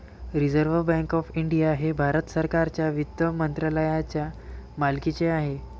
reserve bank of India हे भारत सरकारच्या वित्त मंत्रालयाच्या मालकीचे आहे